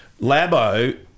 Labo